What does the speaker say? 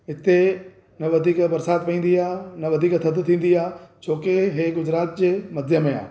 हिते न वधीक बरसाति पवंदी आहे न वधीक थधि थींदी आहे छोकी हे गुजरात जे मध्य में आहे